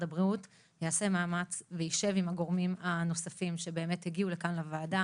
הבריאות יעשה מאמץ ויישב עם הגורמים הנוספים שהגיעו לכאן לוועדה